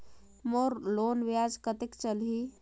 मोर loan ब्याज कतेक चलही?